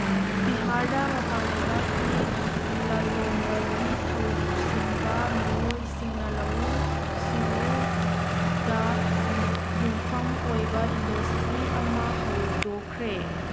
ꯕꯤꯍꯥꯔꯗ ꯃꯄꯥꯟ ꯂꯩꯕꯥꯛꯀꯤ ꯂꯜꯂꯣꯟꯕꯒꯤ ꯊꯧꯁꯤꯟꯕ ꯃꯤꯑꯣꯏꯁꯤꯡꯅ ꯂꯧꯎ ꯁꯤꯡꯎꯗ ꯌꯨꯝꯐꯝ ꯑꯣꯏꯕ ꯏꯟꯗꯁꯇ꯭ꯔꯤ ꯑꯃ ꯍꯧꯗꯣꯛꯈ꯭ꯔꯦ